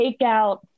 takeout